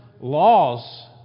laws